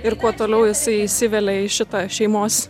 ir kuo toliau jisai įsivelia į šitą šeimos